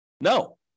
No